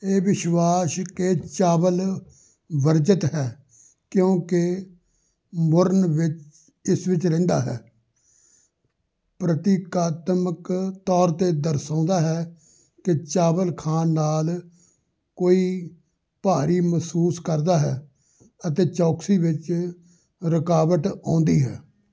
ਇਹ ਵਿਸ਼ਵਾਸ ਕਿ ਚਾਵਲ ਵਰਜਿਤ ਹੈ ਕਿਉਂਕਿ ਮੁਰਨ ਵਿੱ ਇਸ ਵਿੱਚ ਰਹਿੰਦਾ ਹੈ ਪ੍ਰਤੀਕਾਤਮਕ ਤੌਰ 'ਤੇ ਦਰਸਾਉਂਦਾ ਹੈ ਕਿ ਚਾਵਲ ਖਾਣ ਨਾਲ ਕੋਈ ਭਾਰੀ ਮਹਿਸੂਸ ਕਰਦਾ ਹੈ ਅਤੇ ਚੌਕਸੀ ਵਿੱਚ ਰੁਕਾਵਟ ਆਉਂਦੀ ਹੈ